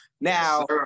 Now